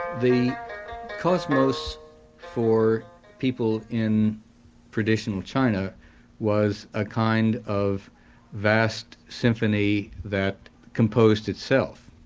the cosmos for people in traditional china was a kind of vast symphony that composed itself.